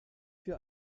für